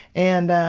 and,